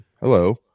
hello